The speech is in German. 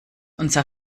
unser